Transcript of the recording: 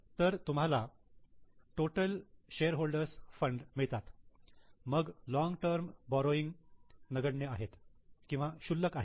तर तुम्हाला total share holders fund total shareholders' funds मिळतात मग लॉन्ग टर्म बोरोईंग शुल्लक आहेत